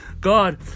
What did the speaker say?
God